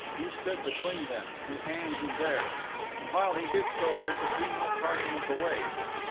he stood between them, his hands in theirs and while he did so there could be no parting of the ways.